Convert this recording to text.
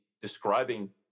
describing